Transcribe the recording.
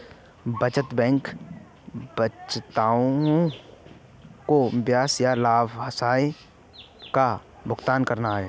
बचत बैंक बचतकर्ताओं को ब्याज या लाभांश का भुगतान करता है